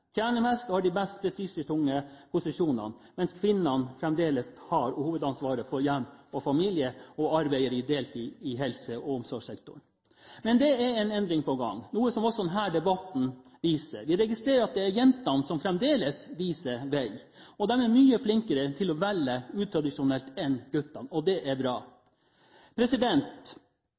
eier mest, tjener mest og har de mest prestisjetunge posisjonene, mens kvinnene fremdeles har hovedansvaret for hjem og familie og arbeider deltid i helse- og omsorgssektoren. Men det er en endring på gang, noe også denne debatten viser. Vi registrerer at det fremdeles er jentene som viser vei. De er mye flinkere til å velge utradisjonelt enn guttene, og det er bra.